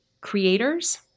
creators